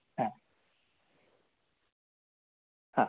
हा हा